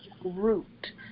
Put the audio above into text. Root